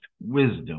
wisdom